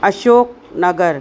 Ashoknagar